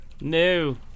No